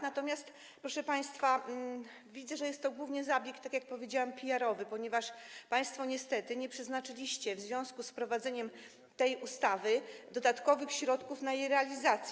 Natomiast, proszę państwa, widzę, że jest to głównie zabieg, tak jak powiedziałam, PR-owski, ponieważ państwo niestety nie przeznaczyliście w związku z wprowadzeniem tej ustawy dodatkowych środków na jej realizację.